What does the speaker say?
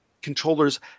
controllers